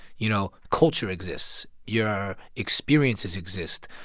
you know? culture exists. your experiences exist.